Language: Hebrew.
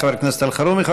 תודה, חבר הכנסת אלחרומי.